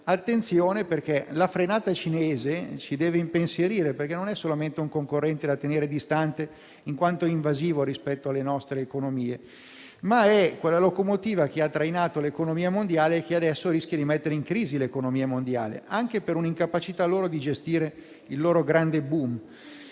attenzione, perché la frenata cinese ci deve impensierire. La Cina non è solamente un concorrente da tenere distante, in quanto invasivo rispetto alle nostre economie, ma è la locomotiva che ha trainato l'economia mondiale e che adesso rischia di metterla in crisi, anche per la sua incapacità di gestire il suo grande *boom*.